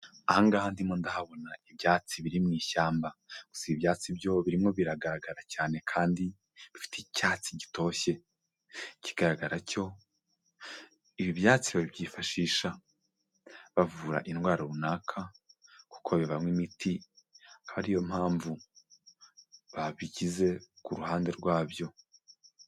Aha ngaha ndimo ndahabona ibyatsi biri mu ishyamba. Gusa ibi byatsi byo birimo biragaragara cyane kandi bifite icyatsi gitoshye. Ikigaragara cyo ibi byatsi babyifashisha bavura indwara runaka, kuko bivamo imiti, akaba ari yo mpamvu babigize ku ruhande rwabyo.